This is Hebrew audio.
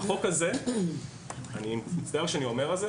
החוק הזה אני מצטער שאני אומר את זה